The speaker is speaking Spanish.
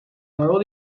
nuevo